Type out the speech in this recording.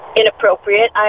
inappropriate